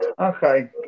Okay